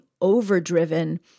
overdriven